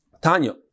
Tanya